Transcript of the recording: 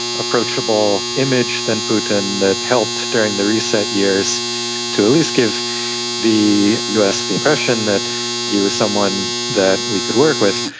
approachable image than putin that helped during the reset years to at least give the us the impression that he was someone that we could work with.